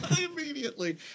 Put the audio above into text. immediately